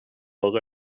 اقا